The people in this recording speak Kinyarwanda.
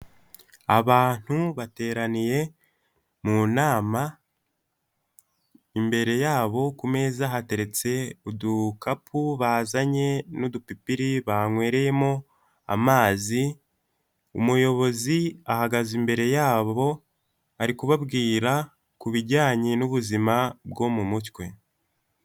Abantu bateraniye mu nama, imbere yabo ku meza hateretse udukapu bazanye n'udupipiri banywereyemo amazi, umuyobozi ahagaze imbere yabo ari kubabwira kubi bijyanye n'ubuzima bwo mu mutwe.